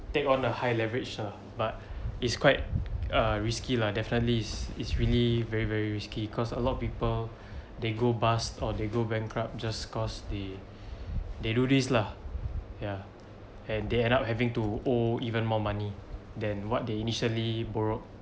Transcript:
take on a high leverage ah but it's quite uh risky lah definitely it's it's really very very risky cause a lot of people they go bust or they go bankrupt just cause they they do this lah ya and they end up having to owe even more money than what they initially borrowed